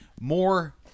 more